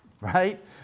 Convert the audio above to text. right